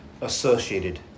associated